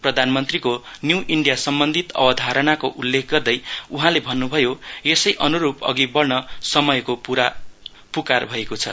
प्रधानमन्त्रीको new India सम्बन्धित अवधारणाको उल्लेख गर्दै उहाँले भन्नभयो यसै अनुरूप अघि बड्न समयको पूकार भएको छ